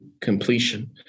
completion